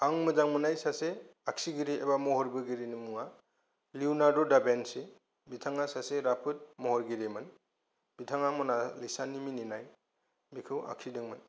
आं मोजां मोननाय सासे आखिगिरि एबा महर बोगिरिनि मुङा लिउनाददाबेनसि बिथाङा सासे राफोद महरगिरिमोन बिथाङा मनालिसानि मिनिनाय बेखौ आखिदोंमोन